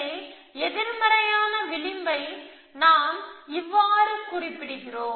எனவே எதிர்மறையான விளைவை நாம் இவ்வாறு குறிப்பிடுகிறோம்